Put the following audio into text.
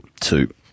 Two